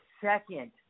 second